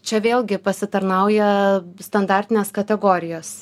čia vėlgi pasitarnauja standartinės kategorijos